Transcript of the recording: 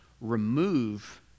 Remove